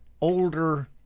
older